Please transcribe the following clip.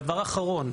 דבר אחרון.